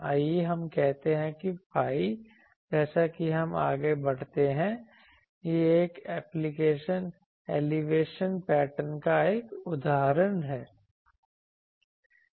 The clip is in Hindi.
आइए हम कहते हैं कि phiजैसा कि हम आगे बढ़ते हैं वह देता है यह एक एलिवेशन पैटर्न का एक उदाहरण है